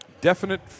definite